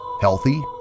healthy